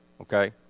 okay